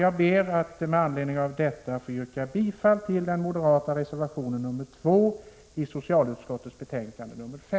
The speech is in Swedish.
Jag ber att med anledning av detta få yrka bifall till den moderata reservationen 2 till socialutskottets betänkande 5.